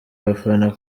abafana